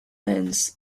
lens